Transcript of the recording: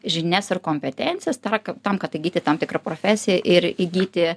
žinias ir kompetencijas taką tam kad įgyti tam tikrą profesiją ir įgyti